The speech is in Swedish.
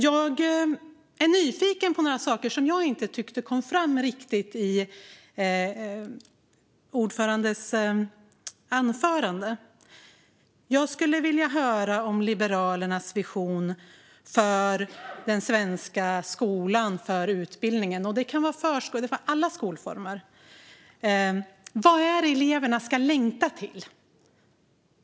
Jag är nyfiken på några saker som jag inte tyckte kom fram riktigt i anförandet från utbildningsutskottets ordförande. Jag skulle vilja höra om Liberalernas vision för den svenska skolan och för utbildningen, och det kan vara alla skolformer. Vad är det eleverna ska längta till?